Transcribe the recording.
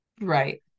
Right